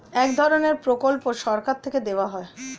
এক ধরনের প্রকল্প সরকার থেকে দেওয়া হয়